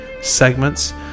segments